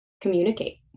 communicate